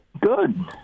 Good